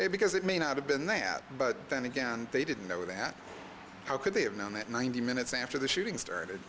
because it may not have been that but then again they didn't know that how could they have known that ninety minutes after the shooting started